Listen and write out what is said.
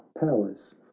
powers